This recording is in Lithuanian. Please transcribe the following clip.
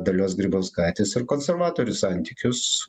dalios grybauskaitės ir konservatorių santykius